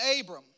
Abram